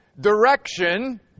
Direction